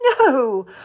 No